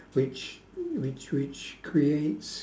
which which which creates